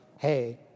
hey